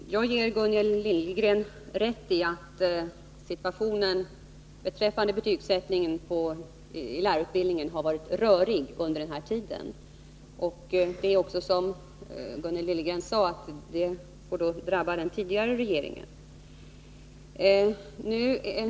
Herr talman! Jag ger Gunnel Liljegren rätt i att förhållandena beträffande betygsättningen i lärarutbildningen har varit röriga under senare tid. Det är också så, som Gunnel Liljegren sade, att ansvaret för detta drabbar den tidigare regeringen.